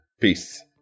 Peace